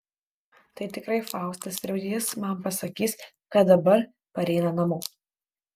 tai tikrai faustas ir jis man pasakys kad dabar pareina namo